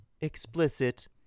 explicit